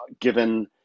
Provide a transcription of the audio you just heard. given